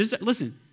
Listen